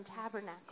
Tabernacle